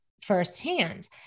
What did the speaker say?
firsthand